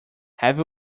have